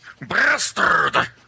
bastard